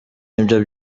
nibyo